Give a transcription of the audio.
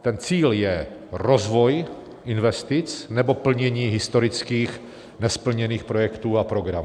Ten cíl je rozvoj investic nebo plnění historických nesplněných projektů a programů.